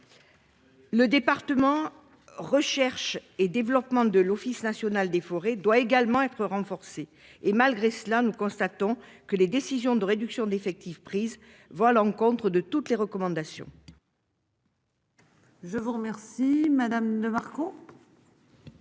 Le département recherche et développement de l'Office national des forêts doit également être renforcée et malgré cela, nous constatons que les décisions de réduction d'effectifs prises vont à l'encontre de toutes les recommandations.